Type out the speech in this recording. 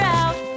out